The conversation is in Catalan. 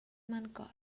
mancor